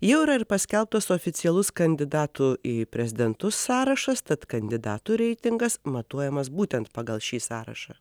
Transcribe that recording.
jau yra ir paskelbtas oficialus kandidatų į prezidentus sąrašas tad kandidatų reitingas matuojamas būtent pagal šį sąrašą